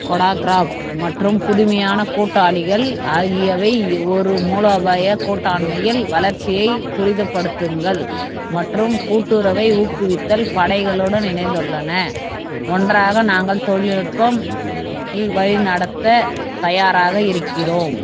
CodeCraft மற்றும் புதுமையான கூட்டாளிகள் ஆகியவை ஒரு மூலோபாய கூட்டாண்மையில் வளர்ச்சியை துரிதப்படுத்துங்கள் மற்றும் கூட்டுறவை ஊக்குவித்தல் படைகளுடன் இணைந்துள்ளன ஒன்றாக நாங்கள் தொழில்நுட்பம் இல் வழிநடத்த தயாராக இருக்கிறோம்